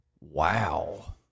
Wow